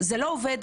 זה לא עובד,